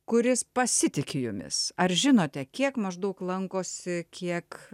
kuris pasitiki jumis ar žinote kiek maždaug lankosi kiek